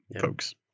folks